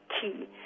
key